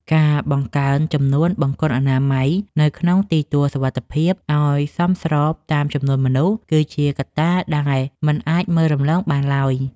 ការបង្កើនចំនួនបង្គន់អនាម័យនៅក្នុងទីទួលសុវត្ថិភាពឱ្យសមស្របតាមចំនួនមនុស្ស គឺជាកត្តាដែលមិនអាចមើលរំលងបានឡើយ។